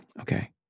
okay